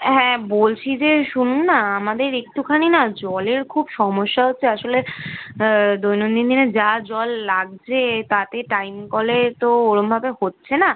হ্যাঁ বলছি যে শুনুন না আমাদের একটুখানি না জলের খুব সমস্যা হচ্ছে আসলে দৈনন্দিন দিনের যা জল লাগছে তাতে টাইম কলে তো ওরকমভাবে হচ্ছে না